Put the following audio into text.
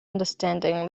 understanding